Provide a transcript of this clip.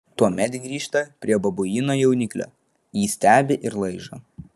tuomet grįžta prie babuino jauniklio jį stebi ir laižo